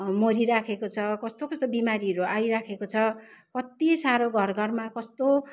मरिरहेको छ कस्तो कस्तो बिमारीहरू आइरहेको छ कत्ति साह्रो घर घरमा कस्तो